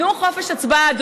תנו חופש הצבעה.